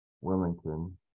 Wilmington